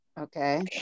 Okay